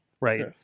right